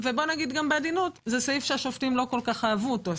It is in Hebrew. וזה סעיף שהשופטים לא כל כך אהבו אותו.